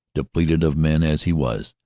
depleted of men as he was,